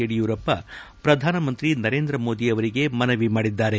ಯಡಿಯೂರಪ್ಪ ಪ್ರಧಾನಮಂತ್ರಿ ನರೇಂದ್ರ ಮೋದಿ ಅವರಿಗೆ ಮನವಿ ಮಾಡಿದ್ದಾರೆ